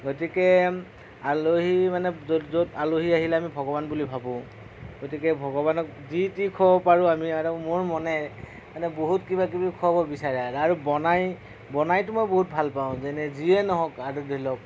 গতিকে আলহী মানে য'ত য'ত আলহী আহিলে আমি ভগৱান বুলি ভাবোঁ গতিকে ভগৱানক যি যি খোৱাব পাৰোঁ আমি আৰু মোৰ মনে মানে বহুত কিবা কিবি খোৱাব বিচাৰে আৰু বনাই বনাইতো মই বহুত ভাল পাওঁ যেনে যিয়ে নহওক আৰু ধৰি লওক